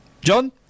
John